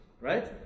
right